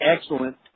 excellent